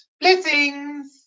Blessings